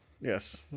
Yes